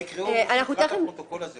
נכון, זה